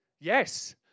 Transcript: yes